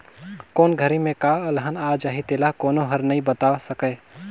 कोन घरी में का अलहन आ जाही तेला कोनो हर नइ बता सकय